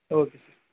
okay sir